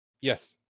Yes